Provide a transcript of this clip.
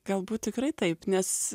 galbūt tikrai taip nes